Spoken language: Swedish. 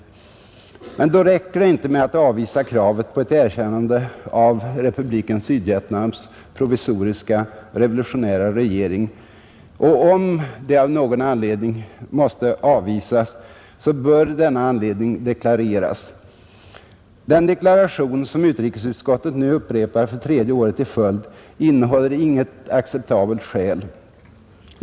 Men då räcker det inte med att avvisa kravet på ett erkännande av Republiken Sydvietnams provisoriska revolutionära regering, och om det av någon anledning måste avvisas bör denna anledning deklareras. Den deklaration som utrikesutskottet nu upprepar för tredje året i följd innehåller inget acceptabelt skäl.